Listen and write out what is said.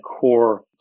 core